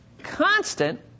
Constant